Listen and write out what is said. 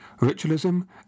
ritualism